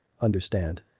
Understand